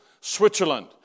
Switzerland